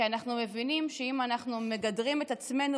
כי אנחנו מבינים שאם אנחנו מגדרים את עצמנו